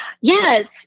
Yes